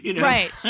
Right